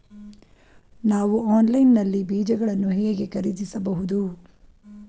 ನಾವು ಆನ್ಲೈನ್ ನಲ್ಲಿ ಬೀಜಗಳನ್ನು ಹೇಗೆ ಖರೀದಿಸಬಹುದು?